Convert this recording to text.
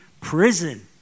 prison